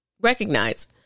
recognize